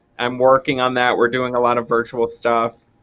i'm working on that, we're doing a lot of virtual stuff.